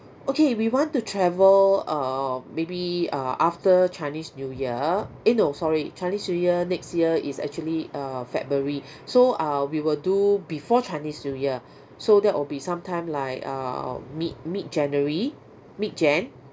okay we want to travel err maybe uh after chinese new year eh no sorry chinese new year next year is actually uh february so uh we will do before chinese new year so that will be some time like err mid mid january mid jan